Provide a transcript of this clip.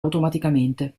automaticamente